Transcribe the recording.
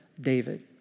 David